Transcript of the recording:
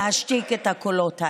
לא תהיה לך שנייה אחת יותר.